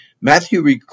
Matthew